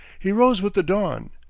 he rose with the dawn.